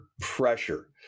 pressure